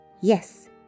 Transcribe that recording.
Yes